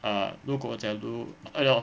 err 如果假如 !aiyo!